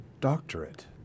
doctorate